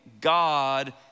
God